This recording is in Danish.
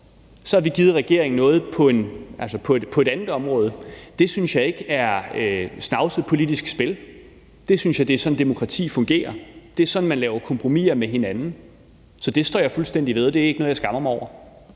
Så har vi givet regeringen noget på et andet område, og det synes jeg ikke er snavset politisk spil, men det er sådan, et demokrati fungerer, og det er sådan, man laver kompromiser med hinanden. Så det står jeg fuldstændig ved, og det er ikke noget, jeg skammer mig over.